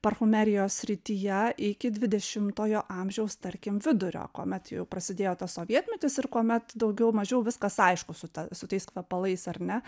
parfumerijos srityje iki dvidešimtojo amžiaus tarkim vidurio kuomet jau prasidėjo tas sovietmetis ir kuomet daugiau mažiau viskas aišku su ta su tais kvepalais ar ne